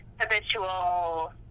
habitual